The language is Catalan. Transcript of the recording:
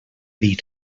dir